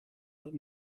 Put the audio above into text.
that